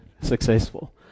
successful